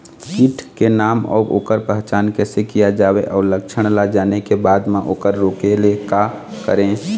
कीट के नाम अउ ओकर पहचान कैसे किया जावे अउ लक्षण ला जाने के बाद मा ओकर रोके ले का करें?